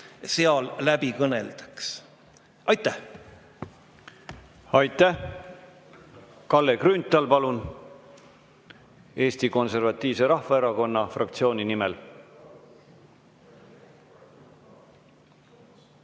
läbi kõneldaks. Aitäh! Aitäh! Kalle Grünthal, palun, Eesti Konservatiivse Rahvaerakonna fraktsiooni nimel!